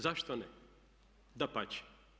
Zašto ne, dapače.